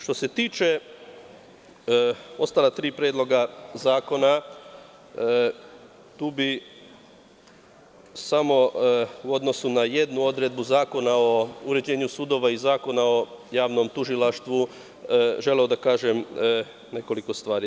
Što se tiče ostala tri predloga zakona, tu bih samo, u odnosu na jednu odredbu Zakona o uređenju sudova i Zakona o javnom tužilaštvu, želeo da kažem nekoliko stvari.